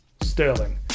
Sterling